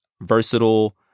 versatile